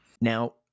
Now